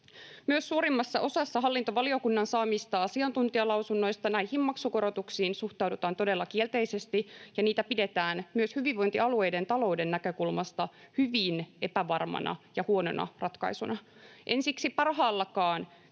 Myös suurimmassa osassa hallintovaliokunnan saamista asiantuntijalausunnoista näihin maksukorotuksiin suhtaudutaan todella kielteisesti ja niitä pidetään myös hyvinvointialueiden talouden näkökulmasta hyvin epävarmana ja huonona ratkaisuna. En siksi parhaallakaan